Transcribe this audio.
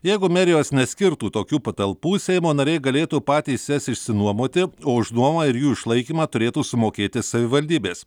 jeigu merijos neskirtų tokių patalpų seimo nariai galėtų patys jas išsinuomoti o už nuomą ir jų išlaikymą turėtų sumokėti savivaldybės